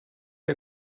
est